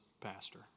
pastor